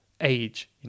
age